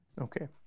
Okay